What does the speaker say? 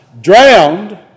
drowned